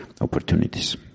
opportunities